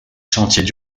chantiers